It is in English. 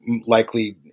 likely